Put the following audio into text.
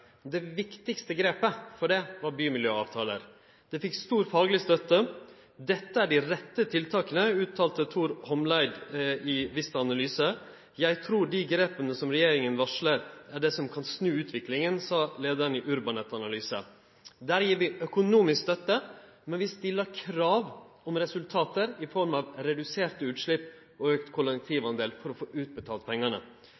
Det viktigaste grepet i den samanhengen var bymiljøavtalar. Det fekk stor fagleg støtte. «Dette er de rette tiltakene», sa Tor Homleid i Vista Analyse. «Jeg tror de grepene som Regjeringen varsler, er det som kan snu utviklingen,» sa leiaren i Urbanet Analyse. Den førre regjeringa gav dette økonomisk støtte, men vi stilte krav om resultat i form av reduserte utslepp og